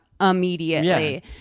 immediately